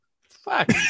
fuck